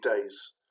days